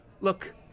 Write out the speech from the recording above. Look